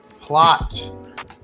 plot